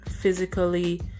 physically